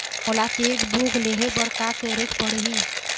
मोला cheque book लेहे बर का केरेक पढ़ही?